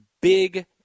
big